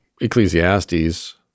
Ecclesiastes